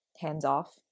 hands-off